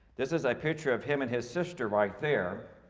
this is a picture of him and his sister right there.